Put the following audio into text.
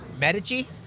Medici